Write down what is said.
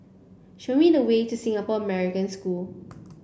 show me the way to Singapore American School